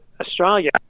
Australia